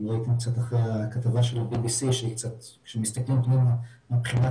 יש לנו בחור שהתפקיד שלו זה ניהול חמ"ל אכיפה.